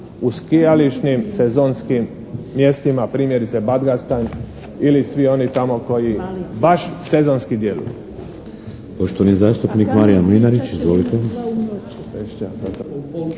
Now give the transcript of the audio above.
u skijališnim sezonskim mjestima, primjerice Bagdastan ili svi oni tamo koji baš sezonski djeluju.